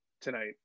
tonight